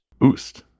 Oost